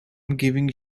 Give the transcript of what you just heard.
giving